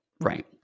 Right